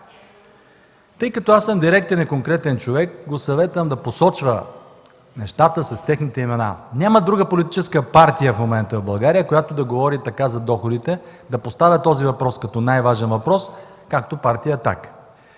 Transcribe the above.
Тъй като аз съм директен и конкретен човек, го съветвам да посочва нещата с техните имена. Няма друга политическа партия в България в момента, която да говори така за доходите и да поставя този въпрос като най-важен, както партия